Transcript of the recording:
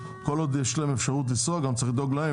כל עוד יש להם אפשרות לנסוע גם צריך לדאוג להם,